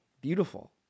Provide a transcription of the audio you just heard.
Beautiful